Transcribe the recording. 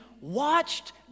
watched